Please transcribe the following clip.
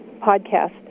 podcast